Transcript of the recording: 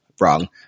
Wrong